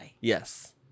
yes